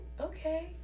Okay